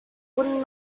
would